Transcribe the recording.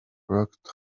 worked